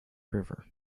river